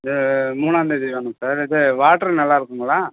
மூணாம்தேதி தானே சார் இது வாட்ரு நல்லாருக்குங்களா